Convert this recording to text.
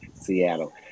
Seattle